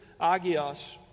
agios